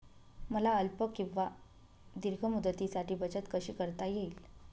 मला अल्प किंवा दीर्घ मुदतीसाठी बचत कशी करता येईल?